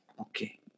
Okay